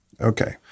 Okay